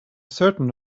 certain